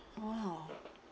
!wow!